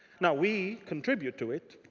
now we contribute to it.